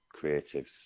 creatives